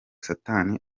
satani